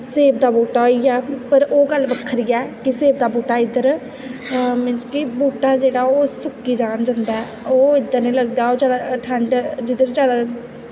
सेव दा बूह्टा होइया पर ओह् गल्ल बक्खरी ऐ सेब दा बूह्टा इद्धर मीनस कि बूह्टा जेह्ड़ा ओह् सुक्की जन जंदा ऐ ओह् इद्धर बी लगदा ओह् जिद्धर ठंड